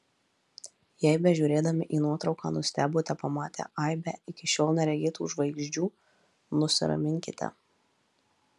jei bežiūrėdami į nuotrauką nustebote pamatę aibę iki šiol neregėtų žvaigždžių nusiraminkite